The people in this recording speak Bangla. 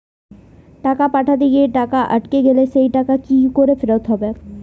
টাকা পাঠাতে গিয়ে টাকা আটকে গেলে সেই টাকা কি ফেরত হবে?